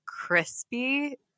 crispy